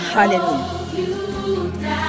Hallelujah